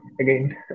again